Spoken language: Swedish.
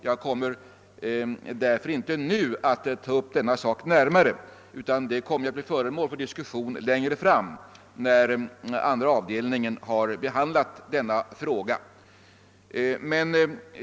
Jag skall därför inte nu gå närmare in på denna sak; den kommer att bli föremål för diskussion längre fram, när andra avdelningen har behandlat ärendet.